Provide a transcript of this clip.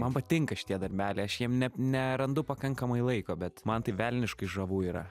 man patinka šitie darbeliai aš jiem ne nerandu pakankamai laiko bet man tai velniškai žavu yra